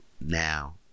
now